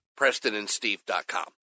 PrestonandSteve.com